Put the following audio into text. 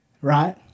right